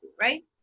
Right